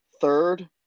Third